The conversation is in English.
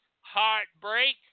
heartbreak